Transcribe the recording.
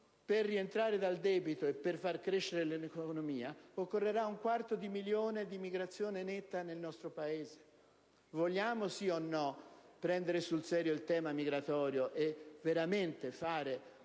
per rientrare dal debito e far crescere l'economia, occorrerà un quarto di milione di immigrazione netta nel nostro Paese. Vogliamo prendere o meno sul serio il tema migratorio e attuare una nuova